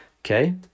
okay